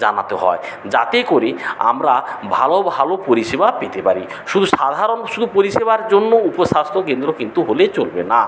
জানাতে হয় যাতে করে আমরা ভালো ভালো পরিষেবা পেতে পারি শুধু সাধারণ শুধু পরিষেবার জন্য উপস্বাস্থ্য কেন্দ্র কিন্তু হলে চলবে না